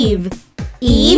Eve